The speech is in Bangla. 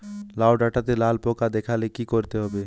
লাউ ডাটাতে লাল পোকা দেখালে কি করতে হবে?